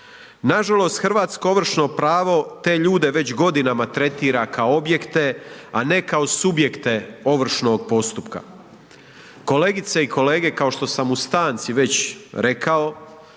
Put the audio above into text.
Nažalost hrvatsko ovršno pravo te ljude već godinama tretira kao objekte, a ne kao subjekte ovršnog postupka. Kolegice i kolege kao što sam u stanci već rekao